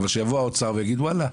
אבל שיבוא האוצר ויגיד וואלה,